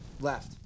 Left